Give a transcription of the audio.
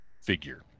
figure